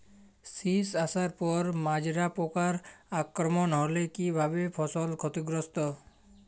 শীষ আসার পর মাজরা পোকার আক্রমণ হলে কী ভাবে ফসল ক্ষতিগ্রস্ত?